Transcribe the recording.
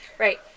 Right